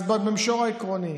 במישור העקרוני,